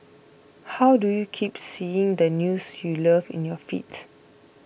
how do you keep seeing the news you love in your feeds